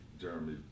Jeremy